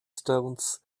stones